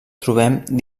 trobem